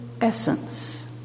essence